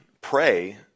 pray